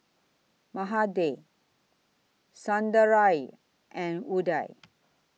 Mahade Sundaraiah and Udai